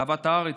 אהבת הארץ,